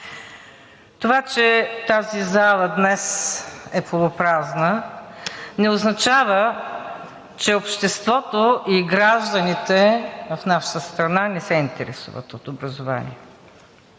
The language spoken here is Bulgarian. Това, че тази зала днес е полупразна, не означава, че обществото и гражданите в нашата страна не се интересуват от образование.